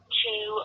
two